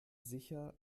sicher